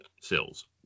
Sills